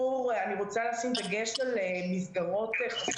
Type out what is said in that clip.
ראש הממשלה אתמול הבטיח 10,000 בדיקות ביום.